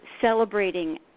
celebrating